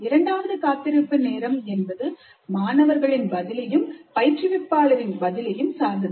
இரண்டாவது காத்திருப்பு நேரம் என்பது மாணவர்களின் பதிலையும் பயிற்றுவிப்பாளர் இன் பதிலையும் சார்ந்தது